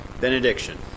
benediction